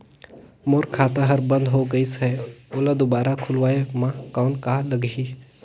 मोर खाता हर बंद हो गाईस है ओला दुबारा खोलवाय म कौन का लगही?